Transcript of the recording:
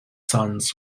sons